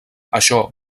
això